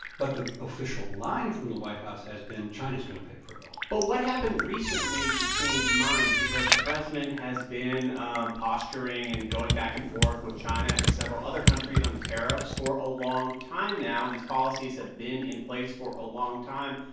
but the official line from the white house has been china's going to pay for it all but what happened recently to change minds? because the president has been ah posturing and going back-and-forth and with china and several other countries on tariffs for a long time now. these policies have been in place for a long time.